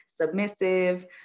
submissive